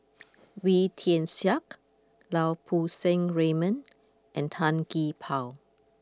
Wee Tian Siak Lau Poo Seng Raymond and Tan Gee Paw